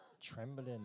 trembling